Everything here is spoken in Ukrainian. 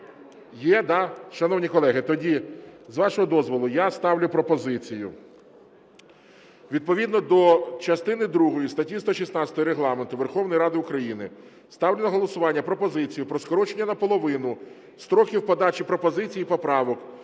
Є, да? Шановні колеги, тоді, з вашого дозволу, я ставлю пропозицію: відповідно до частини другої статті 116 Регламенту Верховної Ради України ставлю на голосування пропозицію про скорочення наполовину строків подачі пропозицій і поправок